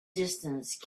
distance